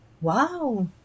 wow